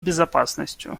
безопасностью